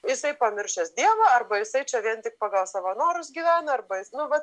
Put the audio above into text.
jisai pamiršęs dievą arba jisai čia vien tik pagal savo norus gyvena arba jis nu va